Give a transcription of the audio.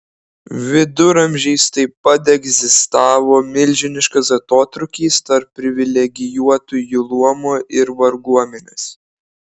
viduramžiais taip pat egzistavo milžiniškas atotrūkis tarp privilegijuotųjų luomo ir varguomenės